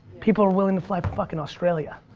people are willing to fly from fucking australia,